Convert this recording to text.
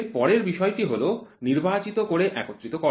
এরপরের বিষয়টি হল নির্বাচিত করে একত্রিত করা